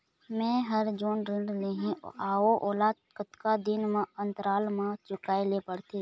मैं हर जोन ऋण लेहे हाओ ओला कतका दिन के अंतराल मा चुकाए ले पड़ते?